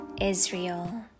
Israel